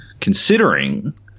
considering